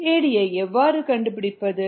kd ஐ எவ்வாறு கண்டுபிடிப்பது